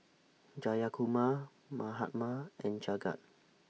Jayakumar Mahatma and Jagat